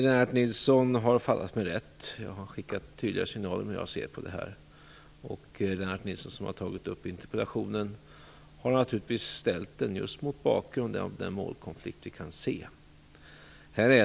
Lennart Nilsson har fattat mig rätt. Jag har skickat tydliga signaler om hur jag ser på detta. Lennart Nilsson som har ställt interpellationen har naturligtvis gjort det mot bakgrund av den målkonflikt vi kan se.